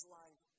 life